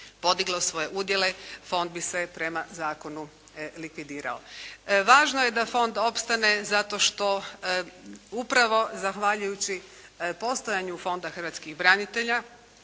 podiglo svoje udjele, fond bi se prema zakonu likvidirao. Važno je da fond opstane zato što upravo zahvaljujući postojanju Fonda hrvatskih branitelja